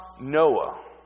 Noah